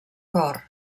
cor